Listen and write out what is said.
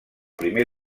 primer